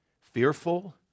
fearful